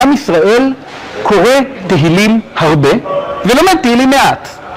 עם ישראל קורא תהילים הרבה ולומד תהילים מעט